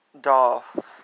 Dolph